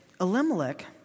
Elimelech